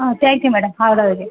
ಹಾಂ thank you madam ಹೌದು ಹೌದು